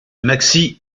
maxi